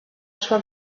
sua